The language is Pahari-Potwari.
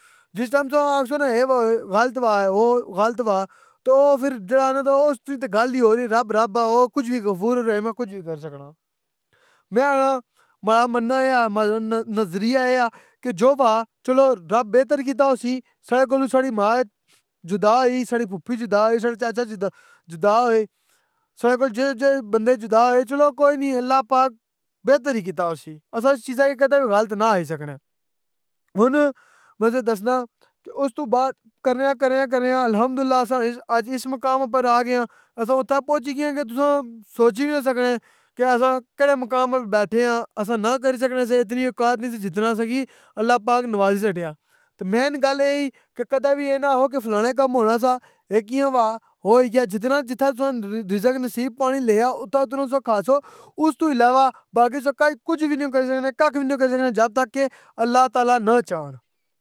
جس طرح تس آخسو نا کے اے غلط ہوا، او اس دی تے گل ای کوئی ئور زی رب الرحیم ہے، او کج وی کری سکنا، میں آخنا، ماڑا مننا اے کے ماڑا نظریہ اے ئے کے، جو ہووا چلو رب بئتر کیتا ہوسی، ساڑے کولوں ساڑی ماں جدا ہئی ، ساڑی پھپی جدا ہئی ، ساڈے چچا جدا ہوے۔ ساڑے کول جیڑے جیڑے بندے جدا ہوئے کوئی نی چلو اللہ پاک بئتر ای کیتا ہوسی، اسساں اس چیزاں نو کدھی غلط نی آخی سخنیاں۔ ہن میں تسیں دسنا، استو بعد کرنیا کرنیا کرنیا، الحمدللہ آج اس اس مقام اپر آ گیاں۔ اسساں اتھت پہنچی گیاں کے تساں سوچی وی نیا سکنے۔ کے اسساں کیژے مقام اپر بیٹھے آں۔ اسساں نا کری سکنے سے اتنی اوقات نا سی کے جتنی اللہ پاک اسساں کی نوازی چھڈیا۔ تی مین گل ای کے کدھے وی اے نا آخو کے فلانا کم ہونا سا اے کیاں ہوا، اور جتھے تساڑا رزق نصیب پانی لکھا اتھا نا تساں تس کھاسو۔ استو علاوہ باقی تس کجھ وی نی کری سکنے، کھک وی نی کری سکنے جب تک کے اللہ تعالی نا چاہ ون۔